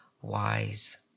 wise